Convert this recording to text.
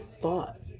thought